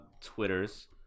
Twitters